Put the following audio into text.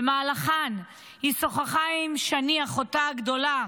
ובמהלכן היא שוחחה עם שני, אחותה הגדולה,